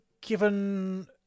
given